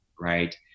Right